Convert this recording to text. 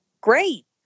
great